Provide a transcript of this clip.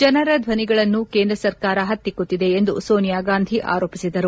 ಜನರ ಧ್ವನಿಗಳನ್ನು ಕೇಂದ್ರ ಸರ್ಕಾರ ಪತ್ತಿಕ್ನುತ್ತಿದೆ ಎಂದು ಸೋನಿಯಾ ಗಾಂಧಿ ಆರೋಪಿಸಿದರು